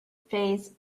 phase